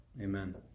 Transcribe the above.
amen